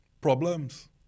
problems